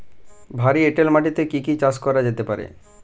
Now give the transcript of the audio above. ভারী এঁটেল মাটিতে কি কি চাষ করা যেতে পারে?